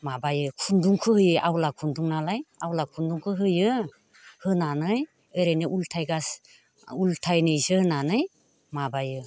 माबायो खुन्दुंखौ होयो आवला खुन्दुं नालाय आवला खुन्दुंखौ होयो होनानै ओरैनो उलथायनो सोनानै माबायो